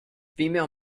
female